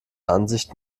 ansicht